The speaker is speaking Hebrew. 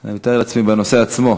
אני מתאר לעצמי שבנושא עצמו,